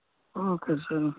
okay sir